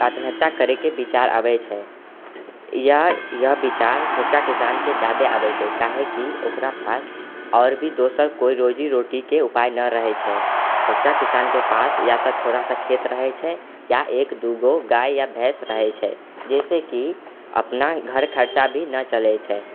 आत्महत्या करै के बिचार अबै छै या यह बिचार छोटका किसानके जादे आबै छै काहे कि ओकरा पास आओर भी दोसर कोइ रोजीरोटीके उपाय नऽ रहै छै किसानके पास या तऽ थोड़ा सा खेत रहै छै या एक दू गो गाय या भैंस रहै छै जाहिसँ कि अपना घर खर्चा भी नऽ चलै छै